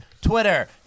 Twitter